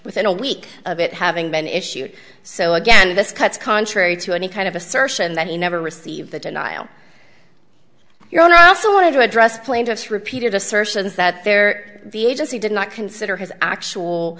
within a week of it having been issued so again this cuts contrary to any kind of assertion that he never received the denial your own i also wanted to address plaintiff's repeated assertions that there the agency did not consider his actual